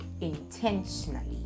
intentionally